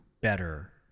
better